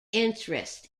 interest